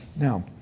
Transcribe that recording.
Now